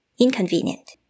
Inconvenient